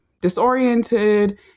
disoriented